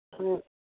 ꯎꯝ